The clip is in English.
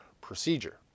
procedure